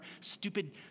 stupid